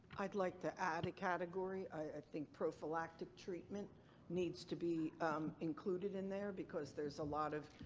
i'd like to add a category. i think prophylactic treatment needs to be included in there, because there's a lot of.